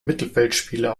mittelfeldspieler